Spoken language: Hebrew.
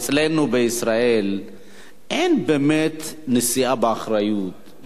אצלנו בישראל אין באמת נשיאה באחריות,